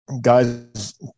Guys